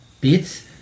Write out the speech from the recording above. bits